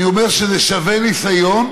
אני אומר שזה שווה ניסיון,